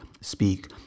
speak